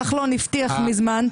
כחלון הבטיח מזמן,